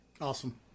Awesome